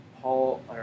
Paul